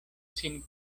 sin